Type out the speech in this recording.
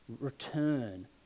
return